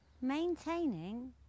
Maintaining